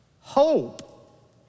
Hope